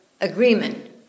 agreement